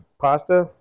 Pasta